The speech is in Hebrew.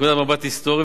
מנקודת מבט היסטורית,